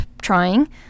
trying